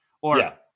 Or-